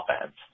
offense